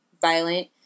violent